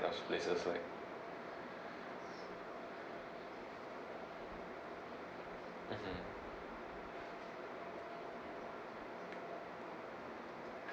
of places right mmhmm